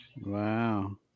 Wow